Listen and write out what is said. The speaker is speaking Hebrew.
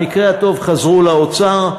במקרה הטוב חזרו לאוצר,